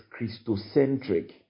Christocentric